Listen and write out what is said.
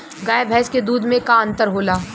गाय भैंस के दूध में का अन्तर होला?